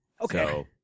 Okay